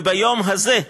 וביום הזה,